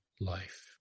life